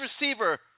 receiver